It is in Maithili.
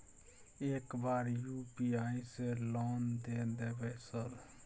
एक बार यु.पी.आई से लोन द देवे सर?